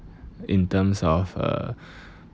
in terms of uh